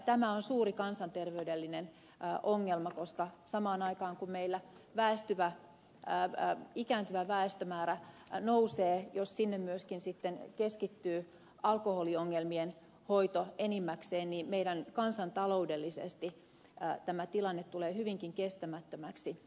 tämä on suuri kansanterveydellinen ongelma koska kun meillä ikääntyvä väestömäärä nousee niin jos samaan aikaan sinne myöskin sitten keskittyy alkoholiongelmien hoito enimmäkseen niin kansantaloudellisesti tämä tilanne tulee hyvinkin kestämättömäksi